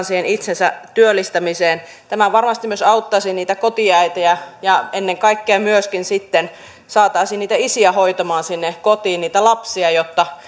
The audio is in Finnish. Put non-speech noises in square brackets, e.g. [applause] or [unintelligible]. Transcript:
[unintelligible] siihen itsensä työllistämiseen tämä varmasti auttaisi myös niitä kotiäitejä ja ennen kaikkea sitten saataisiin myöskin niitä isiä hoitamaan sinne kotiin niitä lapsia jotta [unintelligible]